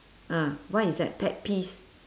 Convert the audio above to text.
ah what is that pet peeves